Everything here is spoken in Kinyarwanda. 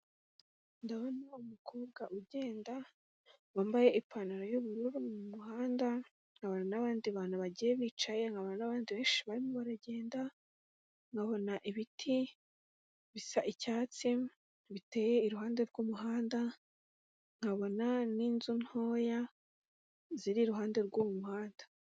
Ndabona umukobwa ugenda, wambaye ipantaro y'ubururu mu muhanda, nkabona n'abandi bantu bagiye bicaye, nkabona n'abandi benshi barimo baragenda, nkabona ibiti bisa icyatsi, biteye iruhande rw'umuhanda, nkabona n'inzu ntoya ziri iruhande rw'uyu muhanda.